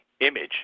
image